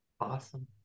Awesome